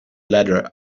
ladder